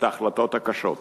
את ההחלטות הקשות.